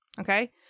Okay